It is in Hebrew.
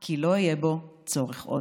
כי לא יהיה בו צורך עוד.